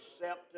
accept